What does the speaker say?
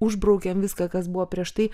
užbraukiam viską kas buvo prieš tai